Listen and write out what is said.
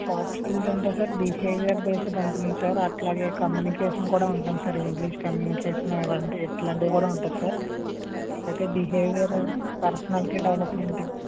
soft skills అంటే sir behaviour based ఉంటుంది sir అట్లాగే కమ్యూనికేషన్ కూడా ఉంటుంది సార్ ఇంగ్లీష్ కమ్యూనికేషను ఇవంటి ఇట్లాంటివి కూడా ఉంటాయి సార్ అయితే బిహేవియరు పర్సనాలిటీ డెవలప్మెంటు